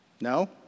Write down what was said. No